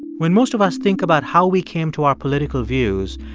when most of us think about how we came to our political views,